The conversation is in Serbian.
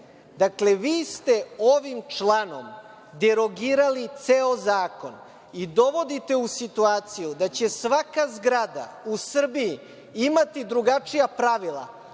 vi ste ovim članom derogirali ceo zakon i dovodite u situaciju da će svaka zgrada u Srbiji imati drugačija pravila.